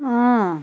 অঁ